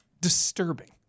Disturbing